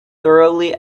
thoroughly